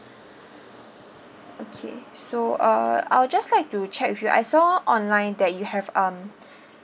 okay so uh I'll just like to check with you I saw online that you have um